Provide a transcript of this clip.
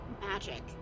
magic